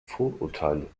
vorurteile